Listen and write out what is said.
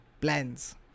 plans